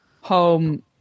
home